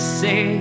say